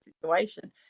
situation